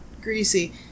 greasy